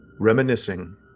reminiscing